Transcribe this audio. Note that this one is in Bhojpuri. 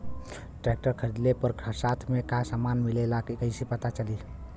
ट्रैक्टर खरीदले पर साथ में का समान मिलेला कईसे पता चली?